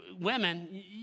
women